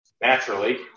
Naturally